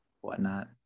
whatnot